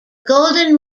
golden